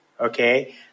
Okay